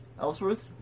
Ellsworth